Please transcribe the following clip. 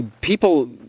people